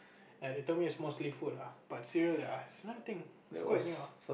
they told me it's mostly food ah but cereal they ask nothing it's quite new ah